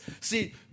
See